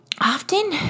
often